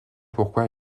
pourquoi